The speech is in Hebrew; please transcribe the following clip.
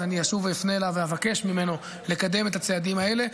אז אני אשוב ואפנה אליו ואבקש ממנו לקדם את הצעדים האלה.